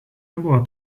nebuvo